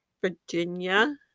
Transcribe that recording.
Virginia